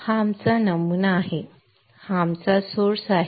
हा आमचा नमुना आहे हा आमचा स्रोत आहे